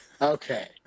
Okay